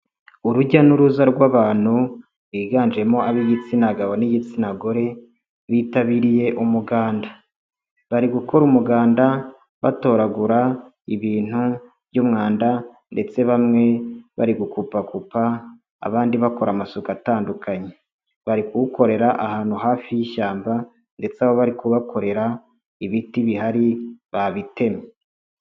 Urujya n'uruza rw'abantu biganjemo ab'igitsina gabo n'igitsina gore bitabiriye umuganda, bari gukora umuganda batoragura ibintu by'umwanda ndetse bamwe bari gukupakupa abandi bakora amasuka atandukanye, bari kuwukorera ahantu hafi y'ishyamba ndetse aho bari kuwukorera ibiti bihari babitemye.